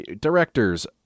Directors